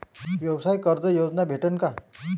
व्यवसाय कर्ज योजना भेटेन का?